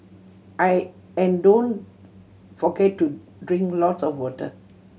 I and don't forget to drink lots of water